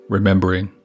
Remembering